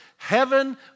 Heaven